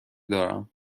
دارم